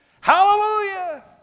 Hallelujah